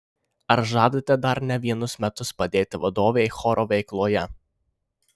ar žadate dar ne vienus metus padėti vadovei choro veikloje